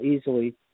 easily